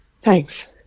Thanks